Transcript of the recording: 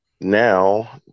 now